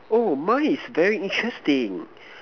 oh mine is very interesting